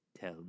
Tell